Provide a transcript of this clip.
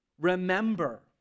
Remember